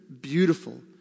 beautiful